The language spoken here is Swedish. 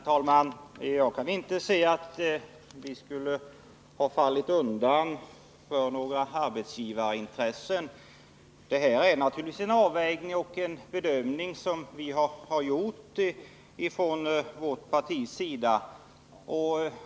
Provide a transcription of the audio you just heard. Herr talman! Jag kan inte se att vi skulle ha fallit undan för några arbetsgivarintressen. Det är naturligtvis en fråga om avvägning, och vi har från centerpartiets sida gjort vår bedömning.